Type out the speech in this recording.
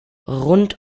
rund